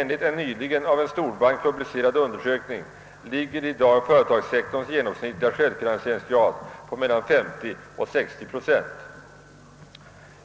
Enligt en av en storbank nyligen publicerad undersökning ligger företagssektorns genomsnittliga självfinansieringsgrad på mellan 50 och 60 procent.